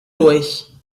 durch